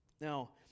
Now